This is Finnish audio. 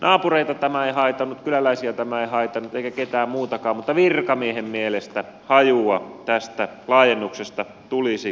naapureita tämä ei haitannut kyläläisiä tämä ei haitannut eikä ketään muutakaan mutta virkamiehen mielestä hajua tästä laajennuksesta tulisi liikaa